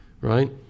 right